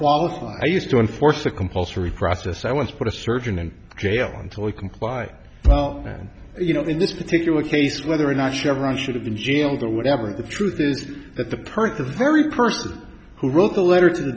qualified i used to enforce the compulsory process i want to put a surgeon in jail until i comply well you know in this particular case whether or not chevron should have been jailed or whatever the truth is that the perth the very person who wrote a letter to